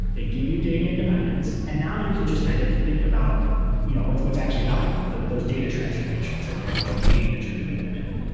they give you data independence, and now you can just kind of think about you know what's what's actually valuable, those those data transformations and and the domain that you're doing them in.